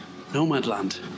Nomadland